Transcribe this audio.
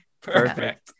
Perfect